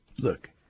look